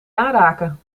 aanraken